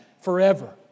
forever